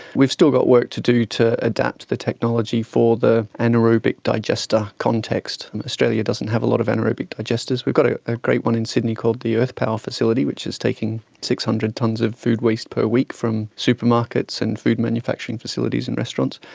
we've still got work to do to adapt the technology for the anaerobic digester context, australia doesn't have a lot of anaerobic digesters. we've got a great one in sydney called the earth power facility which is taking six hundred tonnes of food waste per week from supermarkets and food manufacturing facilities and restaurants.